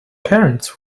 parents